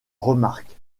remarques